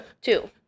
Two